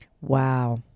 wow